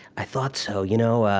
i thought so. you know,